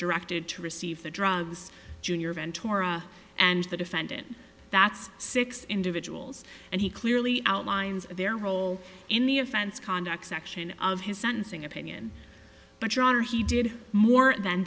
directed to receive the drugs junior ventura and the defendant that's six individuals and he clearly outlines their role in the offense conduct section of his sentencing opinion but your honor he did more than